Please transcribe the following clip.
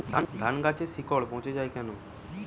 ধানগাছের শিকড় পচে য়ায় কেন?